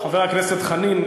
חבר הכנסת חנין,